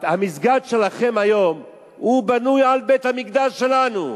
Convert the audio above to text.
המסגד שלכם היום בנוי על בית-המקדש שלנו.